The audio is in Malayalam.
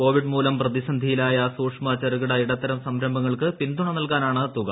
കോവിഡ് മൂലം പ്രതിസന്ധിയിലായ സൂക്ഷ്മ ചെറുകിട ഇടത്തരം സംരംഭങ്ങൾക്ക് പിന്തുണ നൽകാനാണ് തുക